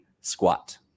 squat